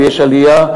ויש עלייה,